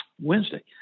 Wednesday